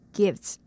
gifts